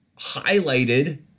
highlighted